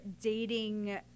dating